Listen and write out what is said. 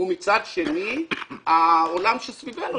ומצד שני העולם סביבנו,